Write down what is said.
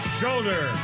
shoulder